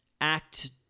act